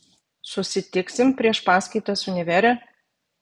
susitiksim prieš paskaitas univere